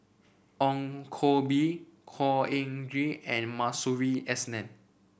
Ong Koh Bee Khor Ean Ghee and Masuri S N